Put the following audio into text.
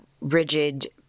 rigid